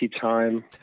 time